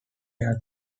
air